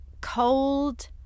cold